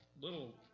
little